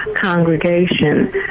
congregation